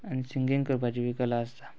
आनी सिंगींग करपाची बी कला आसता